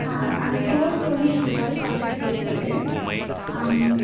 அந்த ஸ்டோருக்கு வந்து எங்களுக்கு பல்க் ஆடர்ஸ் தேவைப்படுது